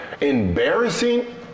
Embarrassing